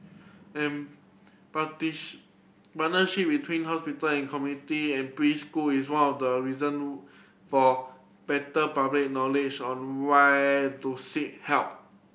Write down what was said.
and parties partnership between hospital and community and preschool is one of the reason for better public knowledge on where to seek help